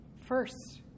First